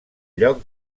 lloc